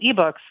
eBooks